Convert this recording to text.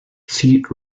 seat